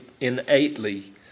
innately